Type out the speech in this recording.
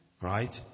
Right